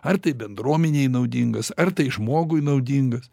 ar tai bendruomenei naudingas ar tai žmogui naudingas